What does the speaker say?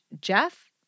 Jeff